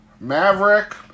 Maverick